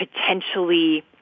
potentially